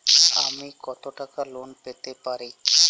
আমি কত টাকা লোন পেতে পারি?